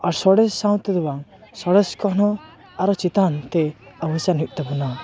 ᱟᱨ ᱥᱚᱨᱮᱥ ᱥᱟᱶᱛᱮ ᱫᱚ ᱵᱟᱝ ᱥᱚᱨᱮᱥ ᱠᱷᱚᱱ ᱦᱚᱸ ᱟᱨᱚ ᱪᱮᱛᱟᱱ ᱛᱮ ᱚᱵᱚᱥᱟᱱ ᱦᱩᱭᱩᱜ ᱛᱟᱵᱚᱱᱟ